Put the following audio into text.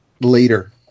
later